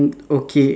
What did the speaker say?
okay